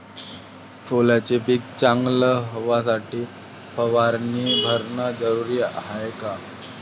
सोल्याचं पिक चांगलं व्हासाठी फवारणी भरनं जरुरी हाये का?